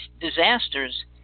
disasters